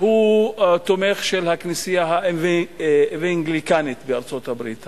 הוא תומך של הכנסייה האוונגליסטית בארצות-הברית.